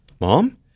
mom